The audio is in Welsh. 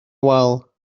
wal